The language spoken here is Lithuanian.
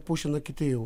pušina kiti jau